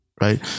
Right